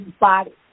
body